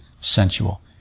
sensual